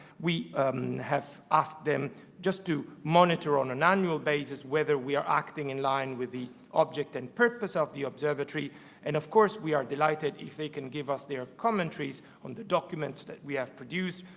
we have asked them just to monitor, on an annual basis whether we are acting in line with the object and purpose of the observatory and, of course, we are delighted if they can give us their commentaries on the documents that we have produced.